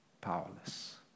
powerless